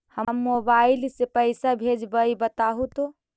हम मोबाईल से पईसा भेजबई बताहु तो?